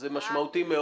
זה משמעותי מאוד.